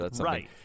right